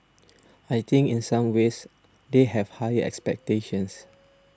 I think in some ways they have higher expectations